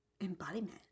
Embodiment